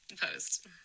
post